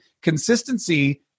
Consistency